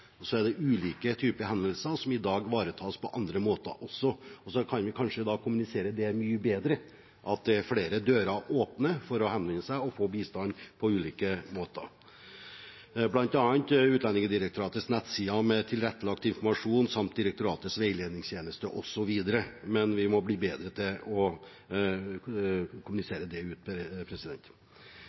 og så er det ulike typer henvendelser som i dag ivaretas på andre måter. Vi kan kanskje kommunisere mye bedre at det er flere dører å åpne for å henvende seg og få bistand på ulike måter, bl.a. Utlendingsdirektoratets nettsider med tilrettelagt informasjon, samt direktoratets veiledningstjeneste osv. Men vi må bli bedre til å kommunisere det ut.